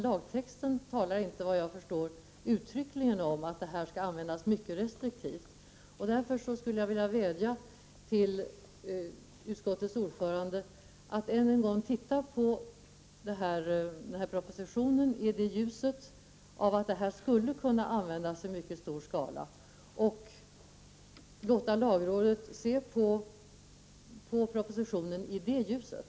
Lagtexten talar inte uttryckligen om att detta skall ske mycket restriktivt, vad jag förstår. Därför skulle jag vilja vädja till utskottets ordförande att än en gång se på propositionen i ljuset av att denna metod skulle kunna användas i stor skala och även låta lagrådet se på propositionen i det ljuset.